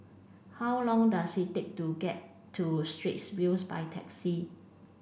how long does it take to get to Straits View by taxi